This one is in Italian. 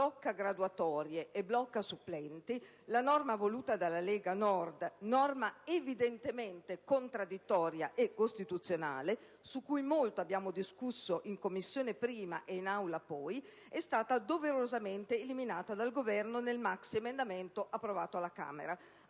blocca-graduatorie e blocca-supplenti, voluta dalla Lega Nord, evidentemente contraddittoria e anticostituzionale, sulla quale molto abbiamo discusso in Commissione prima e in Aula poi, è stata doverosamente eliminata dal Governo nel maxiemendamento approvato alla Camera,